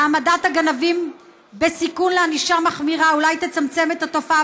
העמדת הגנבים בסיכון לענישה מחמירה אולי תצמצם את התופעה